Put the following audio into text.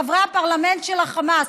חברי הפרלמנט של החמאס,